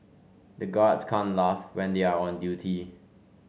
the guards can't laugh when they are on duty